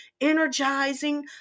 energizing